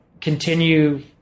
continue